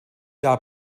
jahr